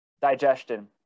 digestion